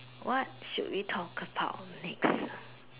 what should we talk about next